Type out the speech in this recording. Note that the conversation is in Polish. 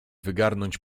wygarnąć